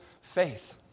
faith